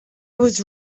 was